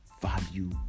value